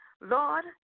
Lord